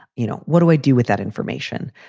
you know. what do i do with that information?